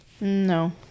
No